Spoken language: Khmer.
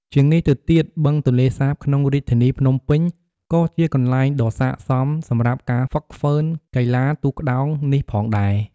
ជាងនេះទៅទៀតបឹងទន្លេសាបក្នុងរាជធានីភ្នំពេញក៏ជាកន្លែងដ៏ស័ក្តិសមសម្រាប់ការហ្វឹកហ្វឺនកីឡាទូកក្ដោងនេះផងដែរ។